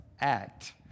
Act